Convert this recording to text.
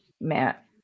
Matt